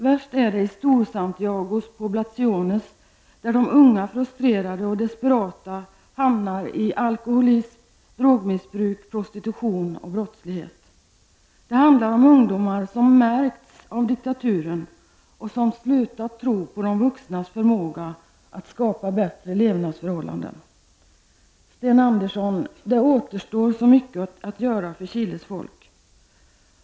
Värst är det i Storsantiagos ''poblaciones'', där de unga frustrerade och desperata hamnar i alkoholism, drogmissbruk, prostitution och brottslighet. Det handlar om ungdomar som märkts av diktaturen och som slutat tro på de vuxnas förmåga att skapa bättre levnadsförhållanden. Sten Andersson! Det återstår så mycket att göra för Chiles folk.